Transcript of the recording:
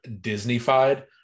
Disney-fied